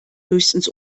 höchstens